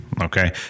Okay